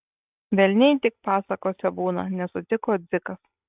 velniai tik pasakose būna nesutiko dzikas